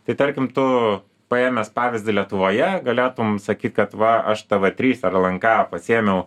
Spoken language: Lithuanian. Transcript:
tai tarkim tu paėmęs pavyzdį lietuvoje galėtum sakyt kad va aš tv trys ar lnk pasiėmiau